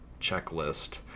checklist